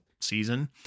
season